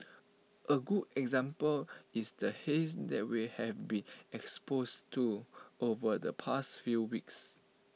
A good example is the haze that we have been exposed to over the past few weeks